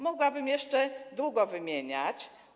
Mogłabym jeszcze długo wymieniać.